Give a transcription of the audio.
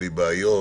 בלי בעיות.